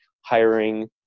hiring